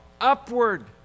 upward